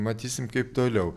matysim kaip toliau